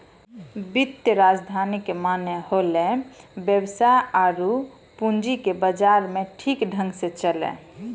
वित्तीय राजधानी के माने होलै वेवसाय आरु पूंजी के बाजार मे ठीक ढंग से चलैय